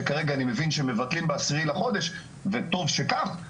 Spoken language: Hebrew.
שכרגע אני מבין שמבטלים ב-10 לחודש וטוב שכך,